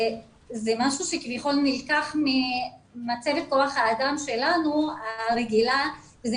זה משהו שכביכול נלקח ממצבת כוח האדם שלנו הרגילה וזה